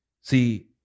See